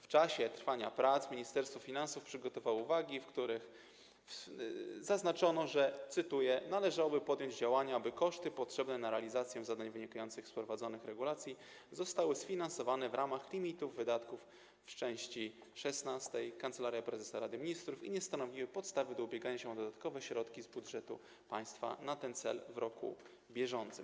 W czasie trwania prac Ministerstwo Finansów przygotowało uwagi, w których zaznaczono, że należałoby podjąć działania, aby koszty potrzebne na realizację zadań wynikających z wprowadzonych regulacji zostały sfinansowane w ramach limitów wydatków w części 16, tj. Kancelarii Prezesa Rady Ministrów, i nie stanowiły podstawy do ubiegania się o dodatkowe środki z budżetu państwa na ten cel w roku bieżącym.